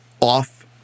off